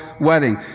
wedding